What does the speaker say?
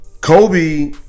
Kobe